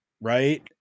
Right